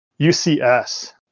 ucs